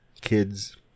kids